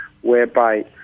whereby